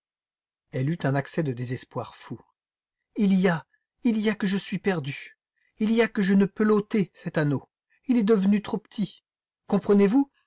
elle eut un accès de désespoir fou il y a il y a que je suis perdue il y a que je ne peux l'ôter cet anneau il est devenu trop petit comprenez-vous